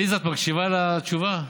עליזה, את מקשיבה לתשובה?